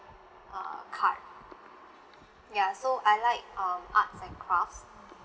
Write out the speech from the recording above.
uh card ya so I like um arts and crafts